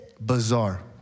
Bizarre